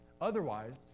Otherwise